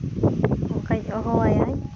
ᱚᱱᱠᱟᱧ ᱦᱚᱦᱚᱣᱟᱭᱟᱧ